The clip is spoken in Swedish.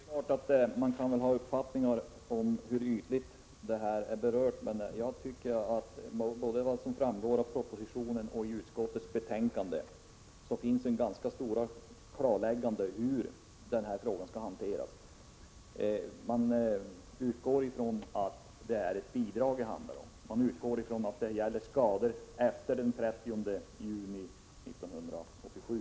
Fru talman! Ja, Hans Dau, det är klart att man kan ha uppfattningar om hur ytligt detta har berörts. Men jag tycker att det i både propositionen och utskottsbetänkandet klarläggs hur denna fråga skall hanteras. Man utgår från att det handlar om ett bidrag, och man utgår från att det gäller skador efter den 30 juni 1987.